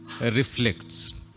reflects